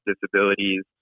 disabilities